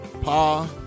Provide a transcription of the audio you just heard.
Pa